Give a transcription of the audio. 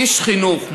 איש חינוך,